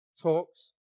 talks